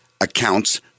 accounts